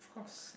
of course